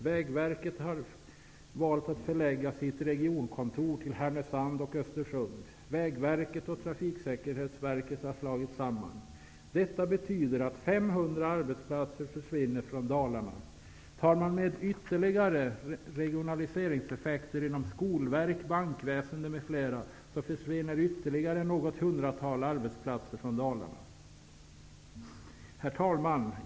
Vägverket har valt att förlägga sitt regionkontor till Trafiksäkerhetsverket har slagits samman. Detta betyder att 500 arbetsplatser försvinner från Dalarna. Tar man med ytterligare regionaliseringseffekter inom Skolverket, bankväsendet m.fl. försvinner ytterligare något hundratal arbetsplatser från Dalarna. Herr talman!